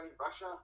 Russia